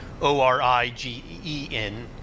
O-R-I-G-E-N